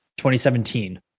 2017